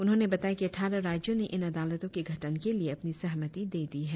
उन्होंने बताया कि अटठारह राज्यों ने इन अदालतो के गठन के लिए अपनी सहमति दे दी है